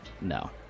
No